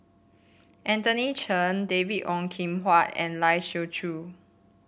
Anthony Then David Ong Kim Huat and Lai Siu Chiu